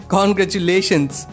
Congratulations